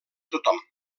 tothom